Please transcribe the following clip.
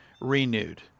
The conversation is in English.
renewed